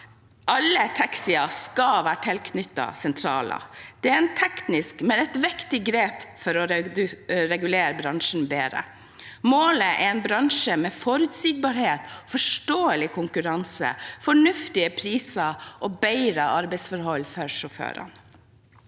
alle taxier skal være tilknyttet sentraler. Det er et teknisk, men viktig grep for å regulere bransjen bedre. Målet er en bransje med forutsigbarhet, forståelig konkurranse, fornuftige priser og bedre arbeidsforhold for sjåførene.